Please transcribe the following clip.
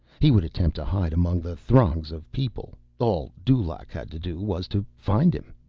he would attempt to hide among the throngs of people. all dulaq had to do was to find him.